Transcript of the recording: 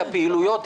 את הפעילויות,